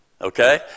okay